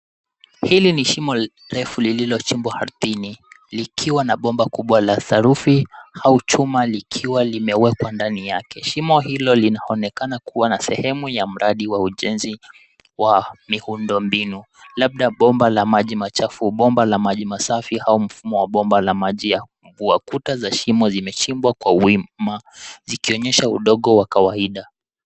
Hili ni shimo refu lililochimbwa ardhini likiwa na bomba kubwa la saruji au chuma, likiwa limewekwa ndani yake. Shimo hilo linaonekana kuwa na sehemu ya mradi wa ujenzi wa miundo mbinu, labda bomba la maji machafu, bomba la maji masafi au mfumo wa bomba la maji ya mvua. Kuta za shimo zimechimbwa kwa wima, zikionyesha udogo wa kawaida.